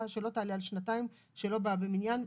שלא תעלה על שנתיים שלא באה במניין,